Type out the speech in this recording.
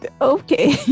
Okay